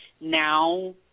now